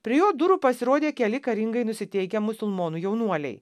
prie jo durų pasirodė keli karingai nusiteikę musulmonų jaunuoliai